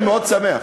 אני מאוד שמח.